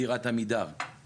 זה בדרך כלל נעצר שם,